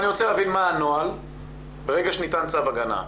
אני רוצה להבין מה הנוהל ברגע שניתן צו הגנה.